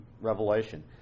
revelation